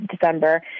December